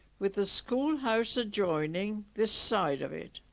with the schoolhouse adjoining this side of it